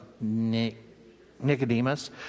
Nicodemus